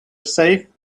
safe